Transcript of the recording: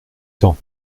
temps